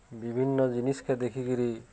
ବିଭିନ୍ନ ଜିନିଷ୍କେ ଦେଖିକିରି